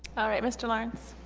alright mr. lawrence